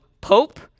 pope